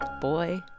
boy